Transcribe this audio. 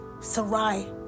Sarai